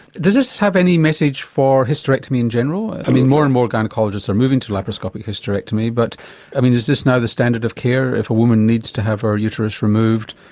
does this have any message for hysterectomy in general? and i mean more and more gynaecologists are moving to laparoscopic hysterectomy, but i mean is this now the standard of care if a woman needs to have her uterus removed,